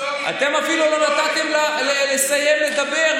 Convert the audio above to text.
אתם אפילו לא נתתם לסיים לדבר,